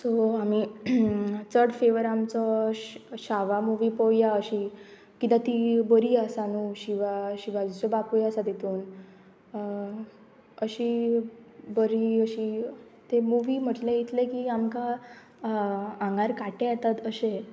so आमी चड फेवरवर आमचो शावा मुवी पोवया अशी कित्याक ती बरी आसा न्हू शिवा शिवाजीच्यो बापूय आसा तितून अशी बरी अशी ते मुवी म्हटलें इतलें की आमकां आंगार काटे येतात अशे